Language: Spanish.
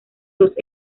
dos